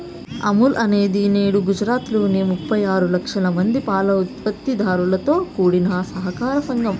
అమూల్ అనేది నేడు గుజరాత్ లోని ముప్పై ఆరు లక్షల మంది పాల ఉత్పత్తి దారులతో కూడిన సహకార సంస్థ